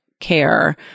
care